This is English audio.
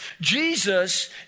Jesus